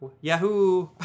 Yahoo